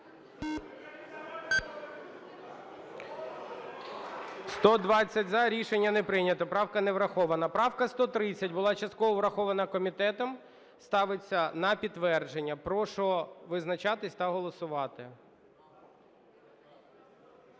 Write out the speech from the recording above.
За-128 Рішення не прийнято. Правка не врахована. Правка 131, була частково врахована комітетом. Ставиться на підтвердження. Прошу визначатися та голосувати.